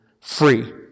free